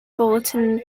bulletin